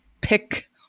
pick